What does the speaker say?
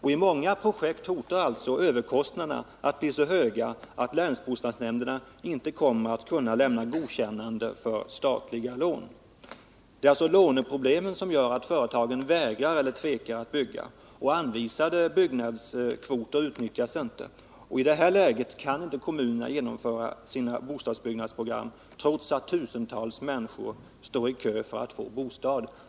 I många projekt hotar överkostnaderna att bli så höga att länsbostadsnämnderna inte kommer att kunna lämna godkännande för statliga lån. Det är alltså låneproblemet som gör att företagen vägrar eller tvekar att bygga och att anvisade byggnadskvoter inte utnyttjas. I detta läge kan inte kommunerna genomföra sina bostadsbyggnadsprogram, trots att tusentals människor står i kö för att få en bostad.